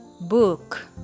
Book